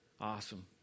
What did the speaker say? Awesome